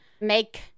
make